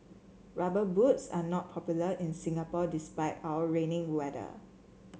rubber boots are not popular in Singapore despite our rainy weather